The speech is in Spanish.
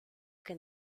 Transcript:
que